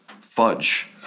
fudge